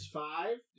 five